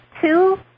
two